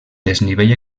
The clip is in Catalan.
desnivell